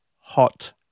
hot